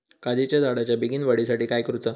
काजीच्या झाडाच्या बेगीन वाढी साठी काय करूचा?